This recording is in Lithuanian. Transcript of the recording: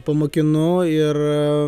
pamokinu ir